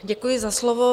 Děkuji za slovo.